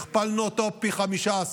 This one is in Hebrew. הכפלנו אותו פי 15,